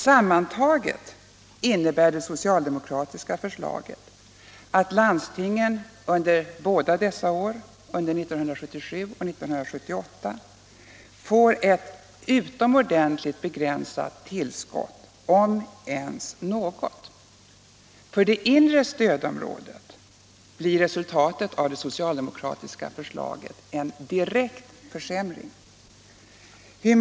Sammantaget innebär det socialdemokratiska förslaget att landstingen under dessa båda år får ett utomordentligt begränsat tillskott om ens något. För det inre stödområdet blir resultatet av det socialdemokratiska förslaget en direkt försämring.